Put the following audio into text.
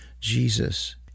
Jesus